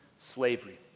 slavery